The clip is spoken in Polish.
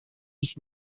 ich